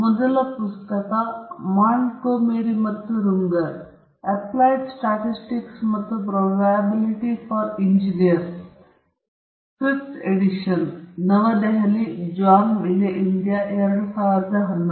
ಮೊದಲ ಪುಸ್ತಕ ಮಾಂಟ್ಗೊಮೆರಿ ಮತ್ತು ರುಂಗರ್ ಅಪ್ಲೈಡ್ ಸ್ಟ್ಯಾಟಿಸ್ಟಿಕ್ಸ್ ಮತ್ತು probability for engineers fifth edition New Delhi John ವಿಲೇ India 2011